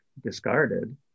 discarded